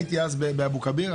הייתי אז באבו כביר.